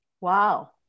Wow